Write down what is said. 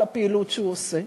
על הפעילות שהוא עושה.